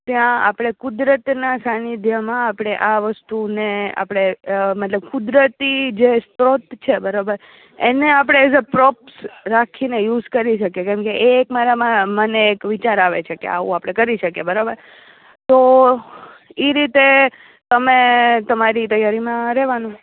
ત્યાં આપણે કુદરતના સાંનિધ્યમાં આપણે આ વસ્તુને આપણે મતલબ કુદરતી જે સ્ત્રોત છે બરાબર એને આપણે એઝ અ પ્રોપ્સ રાખીને યુસ કરી શકીએ કેમ કે એ એક મારામાં મને એક વિચાર આવે છે કે આવું આપણે કરી શકીએ બરાબર તો એ રીતે તમે તમારી તૈયારીમાં રહેવાનું